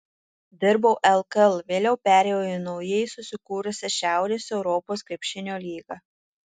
dirbau lkl vėliau perėjau į naujai susikūrusią šiaurės europos krepšinio lygą